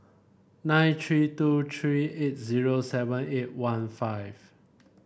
nine three two three eight zero seven eight one five